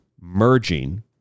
merging